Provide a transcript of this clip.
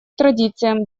традициям